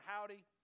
Howdy